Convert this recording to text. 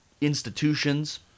institutions